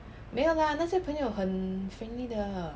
没有 lah 那些朋友很 friendly 的